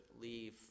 leave